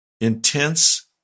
intense